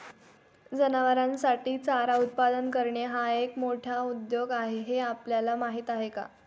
जनावरांसाठी चारा उत्पादन करणे हा एक मोठा उद्योग आहे हे आपल्याला माहीत आहे का?